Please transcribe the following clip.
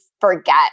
forget